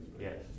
Yes